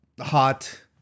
hot